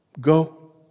go